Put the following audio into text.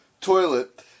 toilet